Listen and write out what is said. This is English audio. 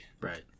Right